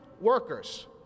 workers